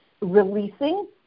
releasing